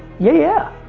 yeah.